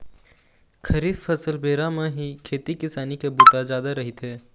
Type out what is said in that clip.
खरीफ फसल बेरा म ही खेती किसानी के बूता जादा रहिथे